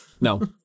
No